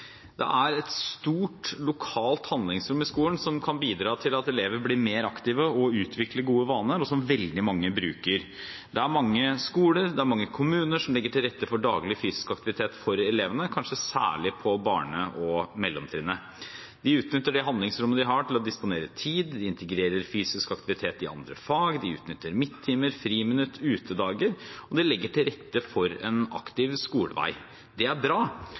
Det er et stort lokalt handlingsrom i skolen som kan bidra til at elever blir mer aktive og utvikler gode vaner, og som veldig mange bruker. Det er mange skoler og kommuner som legger til rette for daglig fysisk aktivitet for elevene, kanskje særlig på barne- og mellomtrinnet. De utnytter det handlingsrommet de har, til å disponere tid, de integrerer fysisk aktivitet i andre fag, de utnytter midttimer, friminutt og utedager, og de legger til rette for en aktiv skolevei. Det er bra,